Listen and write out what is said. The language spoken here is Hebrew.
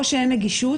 או שאין נגישות,